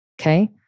okay